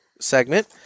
segment